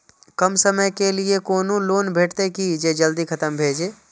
कम समय के लीये कोनो लोन भेटतै की जे जल्दी खत्म भे जे?